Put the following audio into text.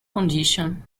condition